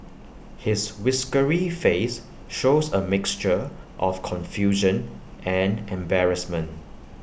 his whiskery face shows A mixture of confusion and embarrassment